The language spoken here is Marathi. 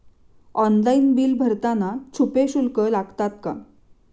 ऑनलाइन बिल भरताना छुपे शुल्क लागतात का?